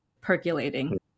percolating